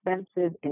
expensive